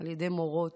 על ידי מורות.